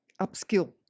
upskill